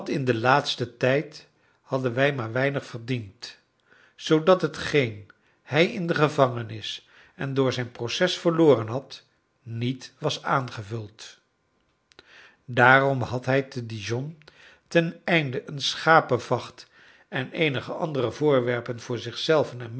in den laatsten tijd hadden wij maar weinig verdiend zoodat hetgeen hij in de gevangenis en door zijn proces verloren had niet was aangevuld daarom had hij te dijon teneinde een schapevacht en eenige andere voorwerpen voor zichzelven